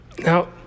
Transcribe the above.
now